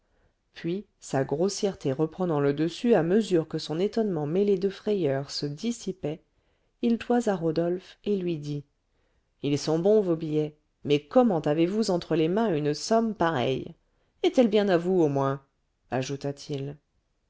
puis sa grossièreté reprenant le dessus à mesure que son étonnement mêlé de frayeur se dissipait il toisa rodolphe et lui dit ils sont bons vos billets mais comment avez-vous entre les mains une somme pareille est-elle bien à vous au moins